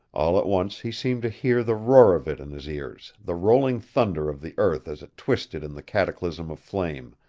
all at once he seemed to hear the roar of it in his ears, the rolling thunder of the earth as it twisted in the cataclysm of flame,